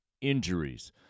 Injuries